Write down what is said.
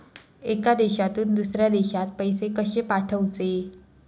एका देशातून दुसऱ्या देशात पैसे कशे पाठवचे?